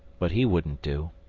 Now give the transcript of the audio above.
but he wouldn't do.